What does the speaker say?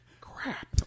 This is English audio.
crap